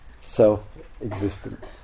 self-existence